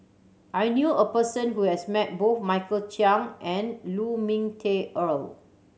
I knew a person who has met both Michael Chiang and Lu Ming Teh Earl